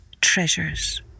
treasures